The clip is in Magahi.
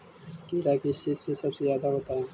कीड़ा किस चीज से सबसे ज्यादा होता है?